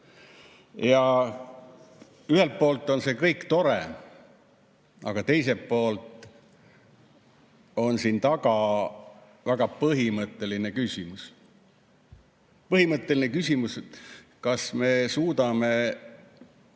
Ühelt poolt on see kõik tore, aga teiselt poolt on siin taga väga põhimõtteline küsimus. Põhimõtteline küsimus on, kas me suudame